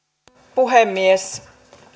puhemies